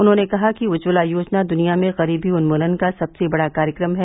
उन्होंने कहा कि उज्ज्वला योजना द्वनिया में गरीबी उन्मुलन का सबसे बड़ा कार्यक्रम है